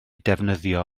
defnyddio